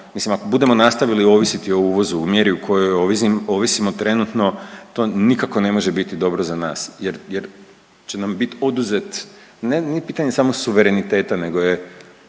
mislim ako budemo nastavili ovisiti o uvozu u mjeri u kojoj ovisimo trenutno to nikako ne može biti dobro za nas jer, jer će nam bit oduzet, ne, nije pitanje samo suvereniteta nego je,